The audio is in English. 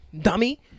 dummy